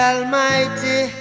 Almighty